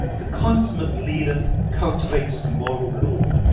the consummate leader cultivates the moral law,